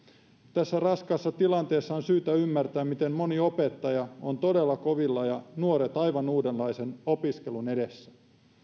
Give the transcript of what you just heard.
tässä raskaassa tilanteessa on syytä ymmärtää miten moni opettaja on todella kovilla ja nuoret aivan uudenlaisen opiskelun edessä